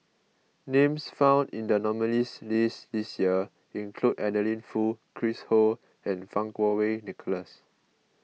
names found in the nominees' list this year include Adeline Foo Chris Ho and Fang Kuo Wei Nicholas